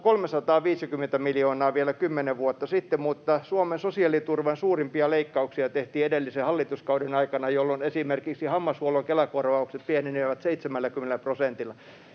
350 miljoonaa vielä kymmenen vuotta sitten, mutta Suomen sosiaaliturvan suurimpia leikkauksia tehtiin edellisen hallituskauden aikana, jolloin esimerkiksi hammashuollon Kela-korvaukset pienenivät 70 prosentilla.